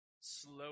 slow